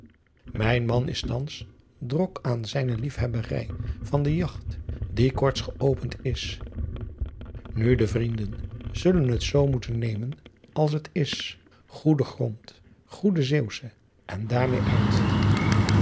ijn man is thans drok aan zijne lief hebberij van de jagt die korts geopend is u de vrienden zullen t zoo moeten nemen als t is oed rond goed zeeuwsch en daar meê uit